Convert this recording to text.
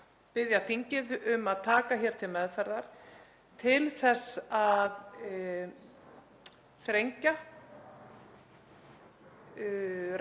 biðja þingið um að taka hér til meðferðar til þess að þrengja reglur